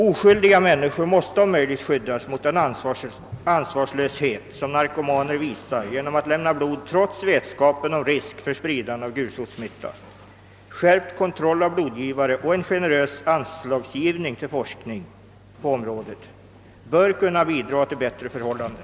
Oskyldiga människor miste om möjligt skyddas mot den ansvarslöshet som narkomaner visar då de lämnar blod trots vetskapen om risk för spridande av gulsotssmitta. Skärpt kontroll av blodgivare och en generös anislagsgivning till forskning på 'området bör kunna bidra till bättre förhållanden.